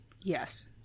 Yes